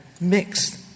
mixed